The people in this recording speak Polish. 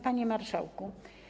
Panie Marszałku!